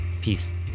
Peace